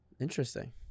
Interesting